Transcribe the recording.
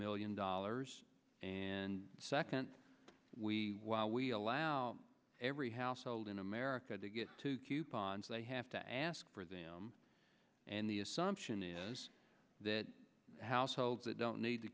million dollars and second we while we allow every household in america to get two coupons they have to ask for them and the assumption is that households that don't need t